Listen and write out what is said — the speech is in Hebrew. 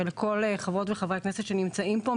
ולכל חברות וחברי הכנסת שנמצאים פה,